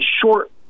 short